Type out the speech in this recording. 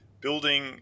building